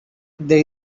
there